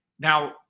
Now